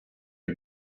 and